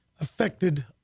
affected